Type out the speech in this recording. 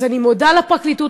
אז אני מודה לפרקליטות,